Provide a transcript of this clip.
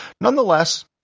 Nonetheless